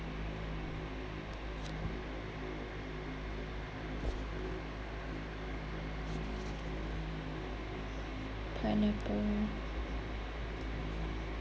pineapple